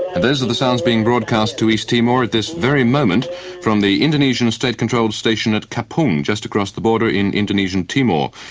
those are the sounds being broadcast to east timor at this very moment from the indonesian state controlled station at kupang just across the border in indonesian timor.